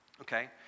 okay